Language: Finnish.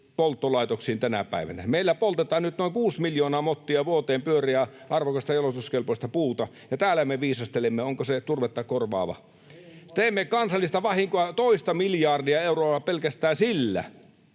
polttolaitoksiin tänä päivänä. Meillä poltetaan nyt noin 6 miljoonaa mottia vuoteen pyöreää, arvokasta, jalostuskelpoista puuta, ja täällä me viisastelemme, onko se turvetta korvaava. Teemme kansallista vahinkoa toista miljardia euroa pelkästään sillä.